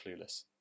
clueless